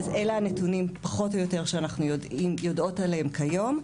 אז אלה הנתונים פחות או יותר שאנחנו יודעות עליהם כיום.